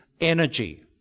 energy